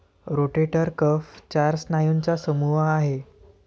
rotator cuff चार स्नायूंचा समूह आहे